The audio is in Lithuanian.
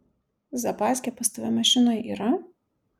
zapaskė pas tave mašinoj yra